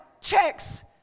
checks